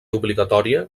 obligatòria